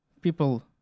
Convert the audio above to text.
people